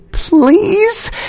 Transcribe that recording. please